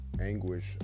anguish